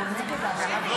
לא, בהתחלה הוא רצה, לא.